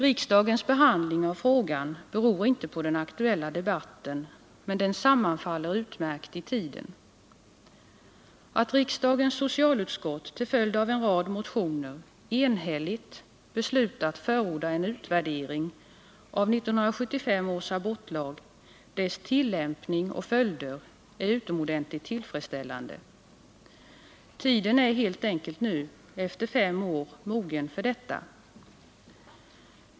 Riksdagens behandling av frågan beror inte på den aktuella debatten, men de sammanfaller utmärkt i tiden. Att riksdagens socialutskott med anledning av en rad motioner enhälligt beslutat förorda en utvärdering av 1975 års abortlag, dess tillämpning och följder är utomordentligt tillfredsställande. Tiden är nu helt enkelt, efter fem år, mogen för detta.